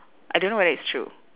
I don't know whether it's true